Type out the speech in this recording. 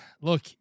look